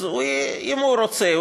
אם הוא רוצה,